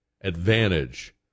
advantage